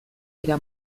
dira